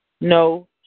No